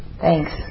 Thanks